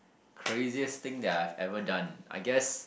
craziest thing that I've ever done I guess